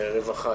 הרווחה.